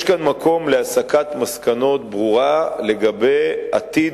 יש כאן מקום להסקת מסקנות ברורות לגבי עתיד